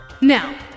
Now